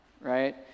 right